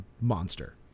monster